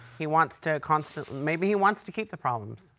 he wants to constantly maybe he wants to keep the problems.